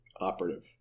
operative